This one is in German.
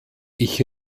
ich